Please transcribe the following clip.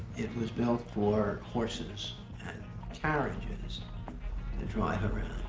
it was built for horses and carriages they're drawing around.